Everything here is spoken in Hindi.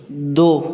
दो